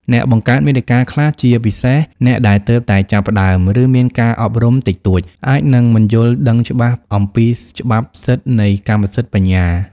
អ្នកបង្កើតមាតិកាខ្លះ ជាពិសេសអ្នកដែលទើបតែចាប់ផ្ដើម ឬមានការអប់រំតិចតួច អាចនឹងមិនយល់ដឹងច្បាស់អំពីច្បាប់សិទ្ធិនៃកម្មសិទ្ធិបញ្ញា។